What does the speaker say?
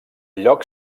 lloc